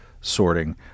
sorting